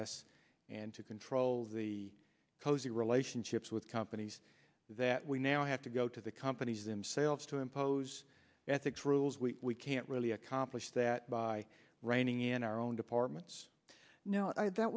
s and to control the cozy relationships with companies that we now have to go to the companies themselves to impose ethics rules we can't really accomplish that by writing in our own departments no that